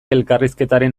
elkarrizketaren